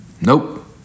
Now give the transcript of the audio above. Nope